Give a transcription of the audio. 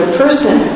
person